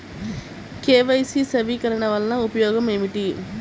KYC నవీకరణ వలన ఉపయోగం ఏమిటీ?